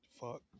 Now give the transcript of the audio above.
fuck